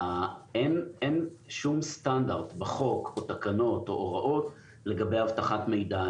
אין שום סטנדרט בחוק או תקנות או הוראות לגבי אבטחת מידע,